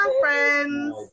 friends